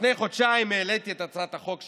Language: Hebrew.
לפני חודשיים העליתי את הצעת החוק שלי,